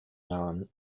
known